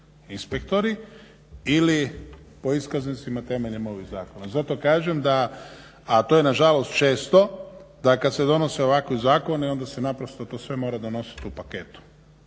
inspektori ili po iskaznica temeljem ovih zakona. Zato kažem da, a to je nažalost često da kada se donose ovakvi zakoni ona se naprosto to sve mora donositi u paketu.